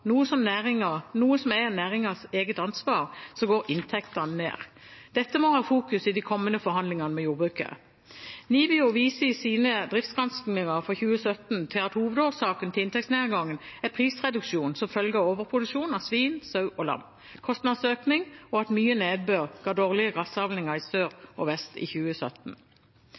noe som er næringens eget ansvar, går inntektene ned. Dette må settes i fokus i de kommende forhandlingene med jordbruket. NIBIO viser i sine driftsgranskninger for 2017 til at hovedårsakene til inntektsnedgangen er prisreduksjon som følge av overproduksjon av svin, sau og lam, kostnadsøkning og at mye nedbør ga dårlige grasavlinger i sør og vest i 2017.